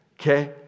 okay